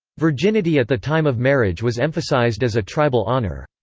virginity at the time of marriage was emphasised as a tribal honour.